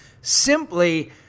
simply